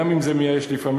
גם אם זה מייאש לפעמים,